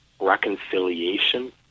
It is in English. Reconciliation